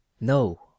No